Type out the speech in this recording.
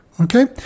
Okay